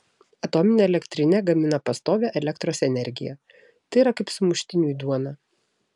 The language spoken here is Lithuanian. atominė elektrinė gamina pastovią elektros energiją tai yra kaip sumuštiniui duona